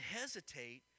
hesitate